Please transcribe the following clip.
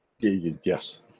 yes